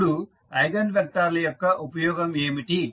ఇప్పుడు eigen vector ల యొక్క ఉపయోగం ఏమిటి